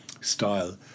style